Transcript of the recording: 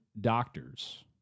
doctors